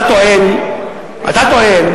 אתה טוען,